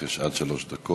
גם לך יש עד שלוש דקות.